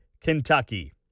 kentucky